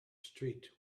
street